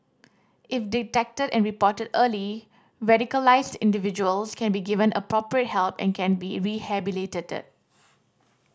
if detected and reported early radicalised individuals can be given appropriate help and can be rehabilitated